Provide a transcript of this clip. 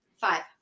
five